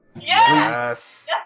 Yes